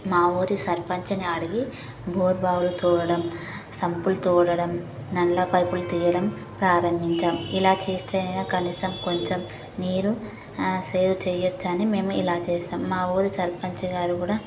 మా ఊరి సర్పంచిని అడిగి బొరుబావులు తవ్వడం సంపులు తోడడం నల్లపైపులు తీయడం ప్రారంభించాం ఇలా చేస్తే అయిన కనీసం కొంచం నీరు సేవ్ చేయొచ్చని మేము ఇలా చేశాం మా ఊరి సర్పంచిగారు కూడా